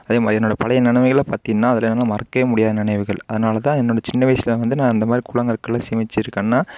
அது மாதிரி என்னோட பழைய நினைவுகளைப் பார்த்தீங்கனா அதில் வந்து மறக்கவே முடியாத நினைவுகள் அதனாலதான் என்னோட சின்ன வயசில் வந்து இந்த மாதிரி கூழாங்கற்களை சேமித்திருக்கேனா